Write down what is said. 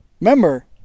Remember